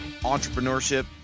entrepreneurship